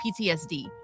PTSD